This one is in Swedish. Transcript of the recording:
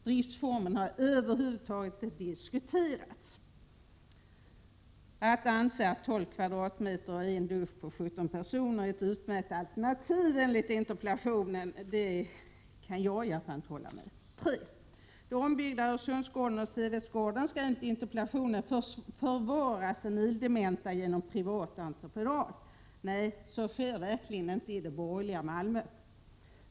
Driftsformen har över huvud taget inte diskuterats. Att 12 m? och en dusch på 17 personer skulle vara ett ”utmärkt alternativ”, enligt interpellationen, kan åtminstone inte jag hålla med om. För det tredje: De ombyggda Öresundsgården och Sevedsgården skall enligt interpellationen ”förvara senildementa genom en privat entreprenad”. Nej, så sker verkligen inte i det borgerliga Malmö.